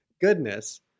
goodness